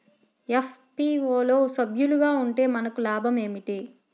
FPO లో సభ్యులుగా ఉంటే మనకు లాభం ఏమిటి?